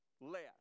Less